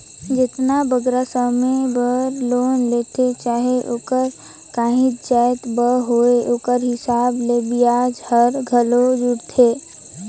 जेतना बगरा समे बर लोन लेथें चाहे ओहर काहींच जाएत बर होए ओकरे हिसाब ले बियाज हर घलो जुड़थे